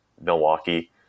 Milwaukee